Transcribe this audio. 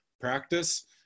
practice